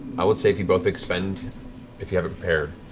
i would say if you both expend if you have it prepared.